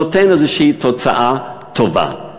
נותן איזושהי תוצאה טובה.